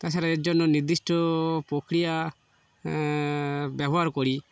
তাছাড়া এর জন্য নির্দিষ্ট প্রক্রিয়া ব্যবহার করি